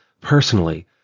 personally